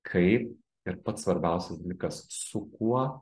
kaip ir pats svarbiausias dalykas su kuo